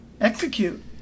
execute